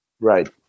Right